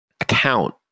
account